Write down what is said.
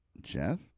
Jeff